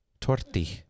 Torti